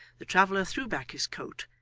the traveller threw back his coat,